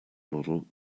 model